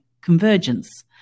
convergence